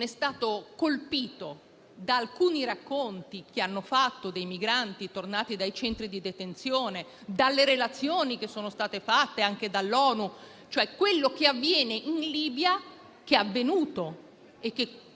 è stato colpito da alcuni racconti che hanno fatto i migranti tornati dai centri di detenzione e dalle relazioni che sono state fatte anche dall'ONU: quello che avviene in Libia, che è avvenuto e che continua